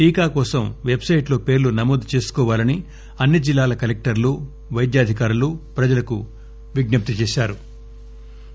టీకా కోసం పెట్ సైట్ లో పేర్లు నమోదు చేసుకోవాలని అన్ని జిల్లాల కలెక్టర్లు పైద్యాధికారులు ప్రజలకు విజ్ఞప్తి చేశారు